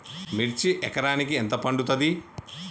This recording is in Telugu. మిర్చి ఎకరానికి ఎంత పండుతది?